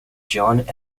john